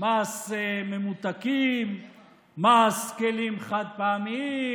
מס ממותקים, מס כלים חד-פעמיים,